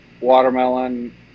watermelon